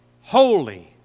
holy